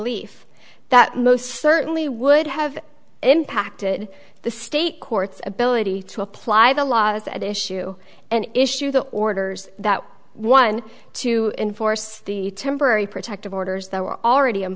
leaf that most certainly would have impacted the state courts ability to apply the laws at issue and issue the orders that one to enforce the temporary protective orders that were already in